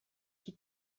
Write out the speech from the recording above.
qui